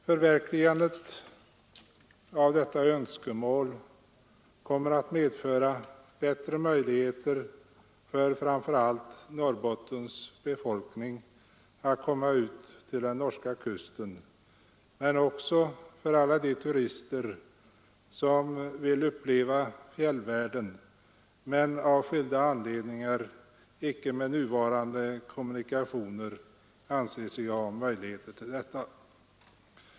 Förverkligandet av det önskemålet kommer att medföra bättre möjligheter för framför allt Norrbottens befolkning att komma ut till den norska kusten, men det kommer också att innebära bättre möjligheter för alla de turister som vill uppleva fjällvärlden men som av skilda anledningar inte med nuvarande kommunikationer anser sig ha möjligheter till detta.